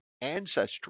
ancestry